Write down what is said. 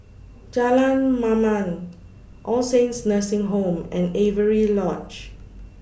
Jalan Mamam All Saints Nursing Home and Avery Lodge